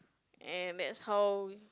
and that's how